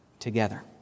together